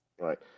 right